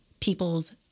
people's